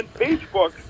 Facebook